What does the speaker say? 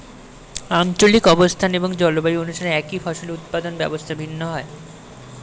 আঞ্চলিক অবস্থান এবং জলবায়ু অনুসারে একই ফসলের উৎপাদন ব্যবস্থা ভিন্ন হয়